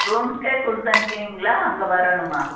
ரூமுக்கே கொடுத்து அனுப்புவீங்களா அங்கே வரணுமா